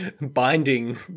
binding